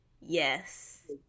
yes